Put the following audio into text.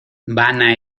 vana